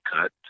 cut